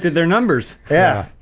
they're numbers. yeah,